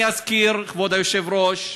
אני אזכיר, כבוד היושב-ראש: